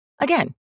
Again